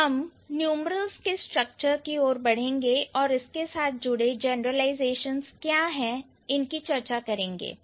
अब हम न्यूमेरल्स के स्ट्रक्चर की ओर बढ़ेंगे और इसके साथ जुड़े जनरलाइजेशंस क्या है उनकी चर्चा करेंगे